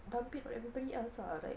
dump it on everybody else ah like